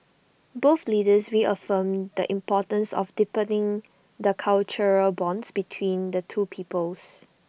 both leaders reaffirmed the importance of deepening the cultural bonds between the two peoples